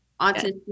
Autism